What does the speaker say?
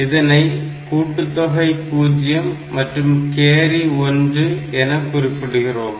இதனை கூட்டுதொகை 0 மற்றும் கேரி 1 என குறிப்பிடுகிறோம்